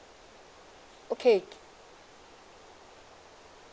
okay